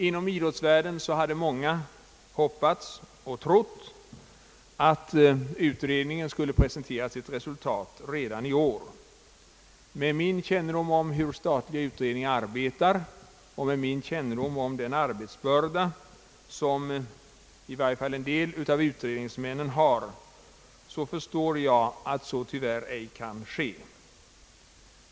Inom idrottsvärlden hade många hoppats och trott, att utredningen skulle presentera sitt resultat redan i år. Med min kännedom om hur statliga utredningar brukar arbeta och om den arbetsbörda som i varje fall en del av utredningsmännen har, förstår jag att så tyvärr ej kan ske.